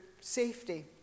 safety